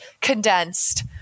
condensed